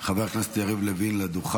הלוא הם